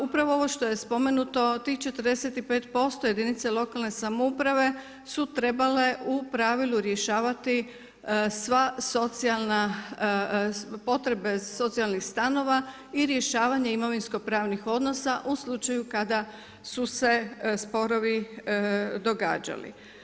Upravo ovo što je spomenuto od tih 45% jedinice lokalne samouprave su trebale u pravilu rješavati sva socijalna, potrebe socijalnih stanova i rješavanje imovinsko pravnih odnosa u slučaju kada su se sporovi događali.